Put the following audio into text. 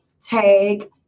tag